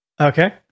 Okay